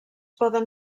poden